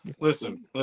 listen